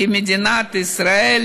כמדינת ישראל,